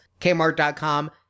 Kmart.com